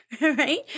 right